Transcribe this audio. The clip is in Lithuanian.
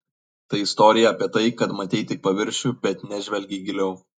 tai istorija apie tai kad matei tik paviršių bet nežvelgei giliau